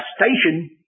station